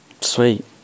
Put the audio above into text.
Sweet